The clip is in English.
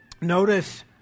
Notice